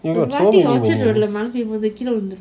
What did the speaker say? சோகமா எனது:sogama enathu